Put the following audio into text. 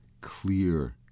clear